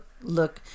look